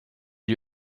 lui